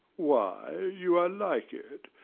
why, you are like it.